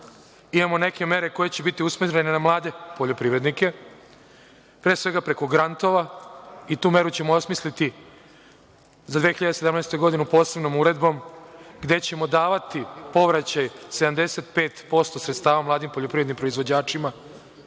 imamo neke mere koje će biti usmerene na mlade poljoprivrednike. Pre svega, preko grantova i tu meru ćemo osmisliti za 2017. godinu posebnom uredbom, gde ćemo davati povraćaj 75% sredstava mladim poljoprivrednim proizvođačima,